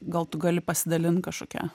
gal tu gali pasidalint kažkokia